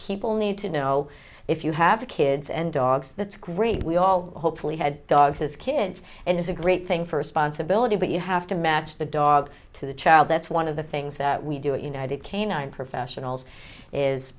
people need to know if you have kids and dogs that's great we all hopefully had dogs as kids and it's a great thing for responsibility but you have to match the dog to the child that's one of the things that we do it united canine professionals is